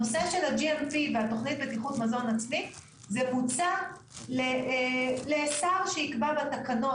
הנושא של ה-GMP בתוכנית בטיחות מזון זה בוצע לשר שיקבע בתקנות